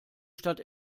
stadt